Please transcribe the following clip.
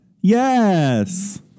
yes